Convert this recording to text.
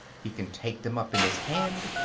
he can take them up in his hand,